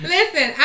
Listen